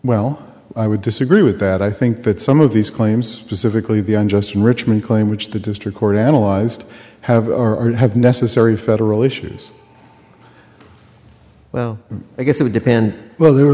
well i would disagree with that i think that some of these claims pacifically the unjust enrichment claim which the district court analyzed have or have necessary federal issues well i guess it would depend w